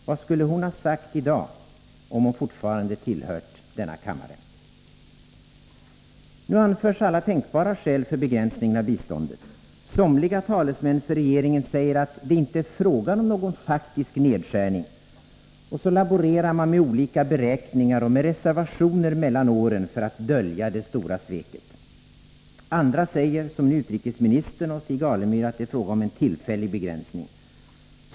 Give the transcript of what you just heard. Vad skulle hon ha sagt i dag, om hon fortfarande tillhört denna kammare? Nu anförs alla tänkbara skäl för begränsningen av biståndet. Somliga talesmän för regeringen säger att det inte är fråga om någon faktisk nedskärning, och så laborerar man med olika beräkningar och med reservationer mellan åren för att dölja det stora sveket. Andra säger —som nu utrikesministern och Stig Alemyr — att det är fråga om en tillfällig begränsning.